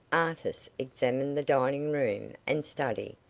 artis examined the dining-room and study,